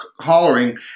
hollering